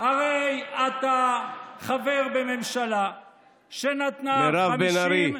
הרי אתה חבר בממשלה שנתנה, מירב בן ארי.